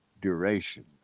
duration